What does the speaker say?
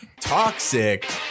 toxic